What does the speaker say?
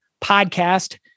podcast